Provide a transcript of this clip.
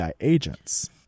agents